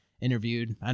interviewed